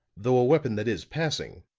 though a weapon that is passing,